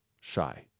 shy